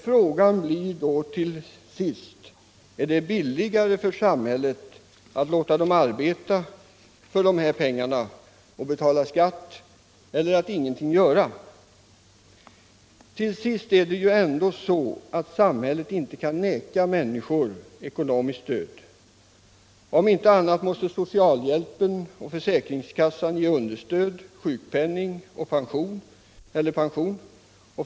Frågan blir då slutligen, om det är billigare för samhället att låta dem arbeta för dessa pengar och betala skatt för dem än att ingenting göra. Till sist är det ju så att samhället inte kan vägra människor ekonomiskt stöd. Om inte annat, måste socialhjälpen eller försäkringskassan ge understöd, sjukpenning eller pension.